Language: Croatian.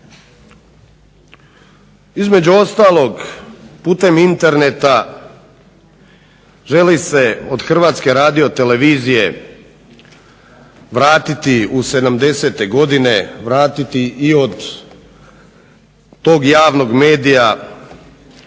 Između ostalog, putem interneta želi se od Hrvatske radiotelevizije vratiti u '70.-te godine, vratiti i od tog javnog medija